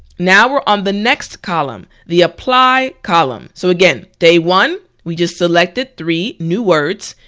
now we're on the next column, the apply column, so again day one we just selected three new words.